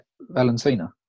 Valentina